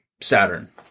Saturn